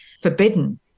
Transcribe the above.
forbidden